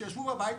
שישבו בבית.